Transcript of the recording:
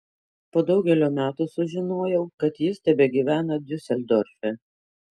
po daugelio metų sužinojau kad jis tebegyvena diuseldorfe